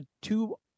two-